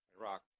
Iraq